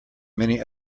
many